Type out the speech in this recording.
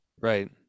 Right